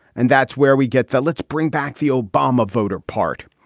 and that's where we get that. let's bring back the obama voter part.